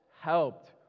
helped